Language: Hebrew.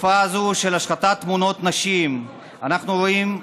תופעה זו של השחתת תמונות נשים, אנחנו רואים,